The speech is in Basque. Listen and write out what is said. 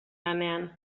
lanean